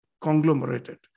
conglomerated